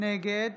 נגד